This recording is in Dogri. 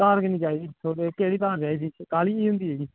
तार किन्नी चाहिदी केह्ड़ी तार चाहिदी काली जेही